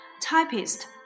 Typist